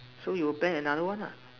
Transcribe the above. so you plan another one lah